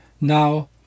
Now